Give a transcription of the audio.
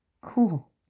Cool